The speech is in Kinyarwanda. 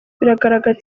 bigaragara